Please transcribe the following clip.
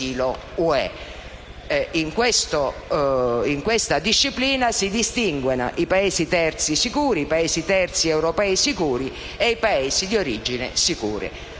In questa disciplina si distinguono i Paesi terzi sicuri, i Paesi terzi europei sicuri e i Paesi di origine sicuri.